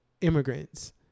immigrants